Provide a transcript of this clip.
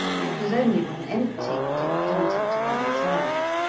it was only when empty that it canted to one side.